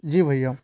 जी भय्या